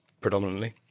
predominantly